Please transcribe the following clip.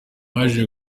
yaje